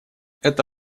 это